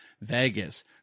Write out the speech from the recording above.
Vegas